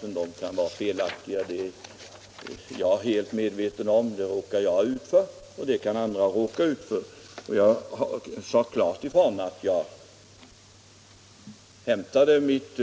De kan vara felaktiga, 27 november 1975 det är jag helt medveten om. Det råkar jag ut för, och det kan andra råka ut för. Jag sade klart ifrån att jag hämtade mitt